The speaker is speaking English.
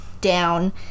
down